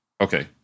Okay